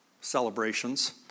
celebrations